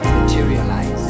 materialize